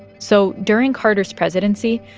so during carter's presidency,